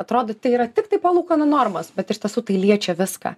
atrodo tai yra tiktai palūkanų normos bet iš tiesų tai liečia viską